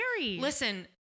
listen